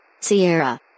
Sierra